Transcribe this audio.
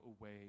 away